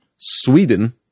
Sweden